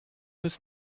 was